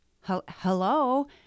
hello